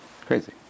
Crazy